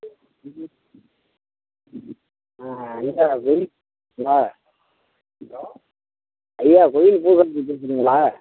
ஆ அ ஐயா ஐயா